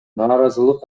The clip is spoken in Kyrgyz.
нааразылык